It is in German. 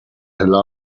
heller